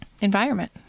environment